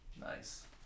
Nice